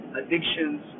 addictions